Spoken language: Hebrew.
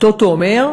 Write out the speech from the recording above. הטוטו אומר: